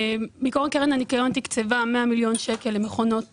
בעיקרון קרן הניקיון תקצבה 100 מיליון שקל למכונות